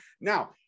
now